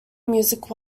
music